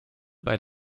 bei